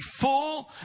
full